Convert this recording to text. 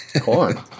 Corn